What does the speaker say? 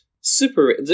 Super